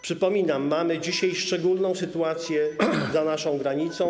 Przypominam, że mamy dzisiaj szczególną sytuację za naszą granicą.